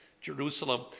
Jerusalem